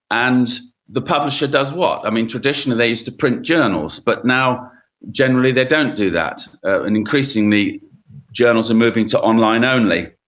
and the publisher does what? i mean, traditionally they used to print journals, but now generally they don't do that. and increasingly journals are moving to online only.